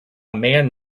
man